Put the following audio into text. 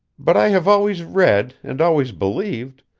but i have always read, and always believed,